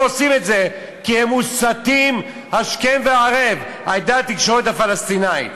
הם עושים את זה כי הם מוסתים השכם וערב על-ידי התקשורת הפלסטינית.